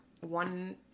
One